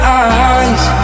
eyes